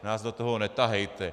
Nás do toho netahejte.